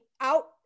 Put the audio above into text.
out